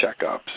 checkups